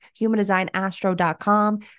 humandesignastro.com